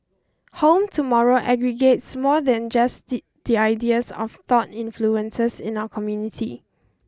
Home Tomorrow aggregates more than just the the ideas of thought influences in our community